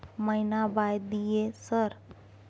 महीना बाय दिय सर?